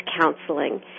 counseling